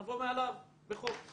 נבוא מעליו בחוק,